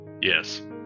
Yes